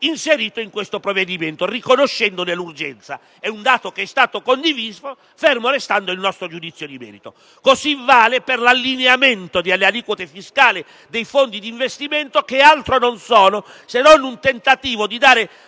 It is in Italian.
inserito in questo provvedimento, riconoscendone l'urgenza. È un dato che è stato condiviso, fermo restando il nostro giudizio di merito. Lo stesso discorso vale per l'allineamento delle aliquote fiscali dei fondi di investimento, che altro non è che un tentativo di dare